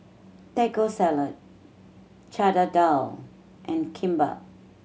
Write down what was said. Taco Salad Chana Dal and Kimbap